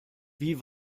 wie